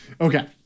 Okay